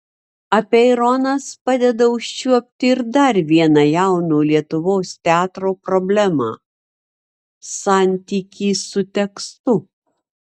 apeironas padeda užčiuopti ir dar vieną jauno lietuvos teatro problemą santykį su tekstu